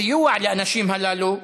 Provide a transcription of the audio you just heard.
הסיוע לאנשים הללו,